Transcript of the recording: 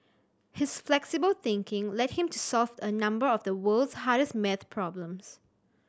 his flexible thinking led him to solve a number of the world's hardest maths problems